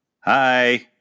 Hi